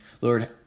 Lord